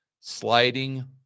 sliding